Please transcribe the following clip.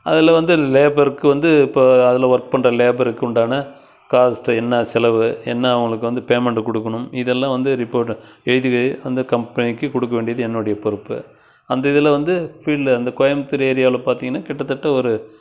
அதில் வந்து லேபருக்கு வந்து இப்போ அதில் ஒர்க் பண்ணுற லேபருக்கு உண்டான காஸ்ட்டு என்ன செலவு என்ன அவங்களுக்கு வந்து பேமெண்டு கொடுக்கணும் இதெல்லாம் வந்து ரிப்போர்ட் எழுதி வை அந்த கம்பெனிக்குக் கொடுக்க வேண்டியது என்னுடைய பொறுப்பு அந்த இதில் வந்து ஃபீல்டு அந்த கோயம்புத்தூர் ஏரியாவில் பார்த்திங்கன்னா கிட்டத்தட்ட ஒரு